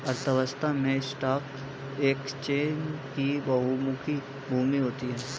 अर्थव्यवस्था में stock exchange की बहुमुखी भूमिका होती है